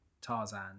Tarzan